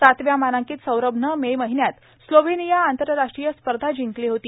सातव्या मानांकित सौरभनं मे महिन्यात स्लोव्हेनिया आंतरराष्ट्रीय स्पर्धा जिंकली होती